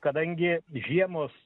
kadangi žiemos